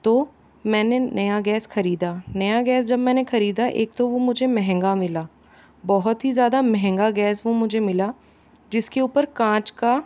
तो मैंने नया गैस ख़रीदा नया गैस जब मैंने ख़रीदा एक तो वो मुझे महँगा मिला बहुत ही ज़्यादा महँगा गैस वो मुझे मिला जिसके ऊपर काँच का